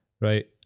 Right